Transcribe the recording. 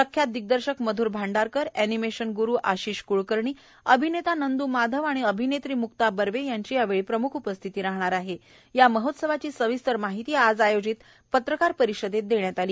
प्रख्यात दिग्दर्शक मध्र भांडारकर अजिमष्ठान ्रू आशिष कळकर्णी अभिनप्रा नंद् माधव आणि अभिनव्वी मुक्ता बर्वे यांची प्रमुख उपस्थिती राहणार आह या महोत्सवाची सविस्तर माहिती आज आयोजित पत्रकार परिषदम्र दप्रयात आली